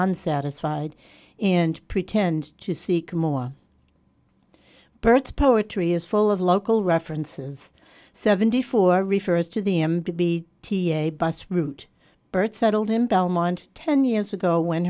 unsatisfied and pretend to seek more birds poetry is full of local references seventy four refers to the m b t a bus route bird settled in belmont ten years ago when